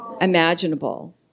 imaginable